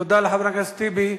תודה לחבר הכנסת טיבי.